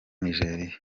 nigeriya